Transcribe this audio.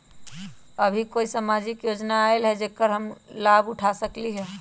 अभी कोई सामाजिक योजना आयल है जेकर लाभ हम उठा सकली ह?